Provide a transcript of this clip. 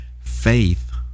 Faith